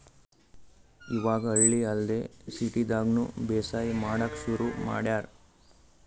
ಇವಾಗ್ ಹಳ್ಳಿ ಅಲ್ದೆ ಸಿಟಿದಾಗ್ನು ಬೇಸಾಯ್ ಮಾಡಕ್ಕ್ ಶುರು ಮಾಡ್ಯಾರ್